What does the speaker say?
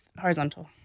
horizontal